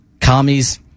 Commies